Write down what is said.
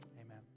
Amen